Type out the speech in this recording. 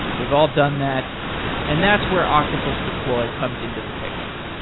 we've all done that and that's where octopus deploy comes into the picture.